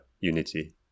unity